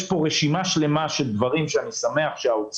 יש פה רשימה שלמה של דברים שאני שמח שהם